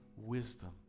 wisdom